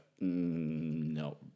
no